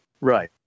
Right